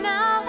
Now